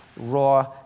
raw